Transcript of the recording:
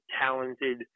talented